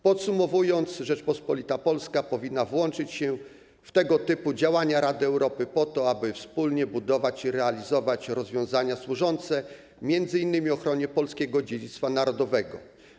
Podsumowując, Rzeczpospolita Polska powinna włączyć się w tego typu działania Rady Europy po to, aby wspólnie budować i realizować rozwiązania służące m.in. ochronie polskiego dziedzictwa narodowego.